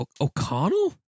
O'Connell